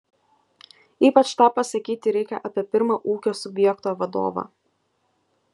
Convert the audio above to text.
ypač tą pasakyti reikia apie pirmą ūkio subjekto vadovą